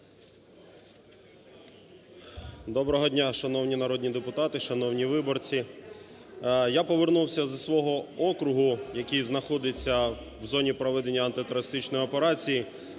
Доброго дня, шановні народні депутати, шановні виборці! Я повернувся зі свого округу, який знаходиться в зоні проведення антитерористичної операції,